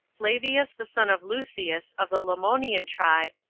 flavius, the son of lucius, of the lemonian tribe,